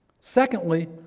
Secondly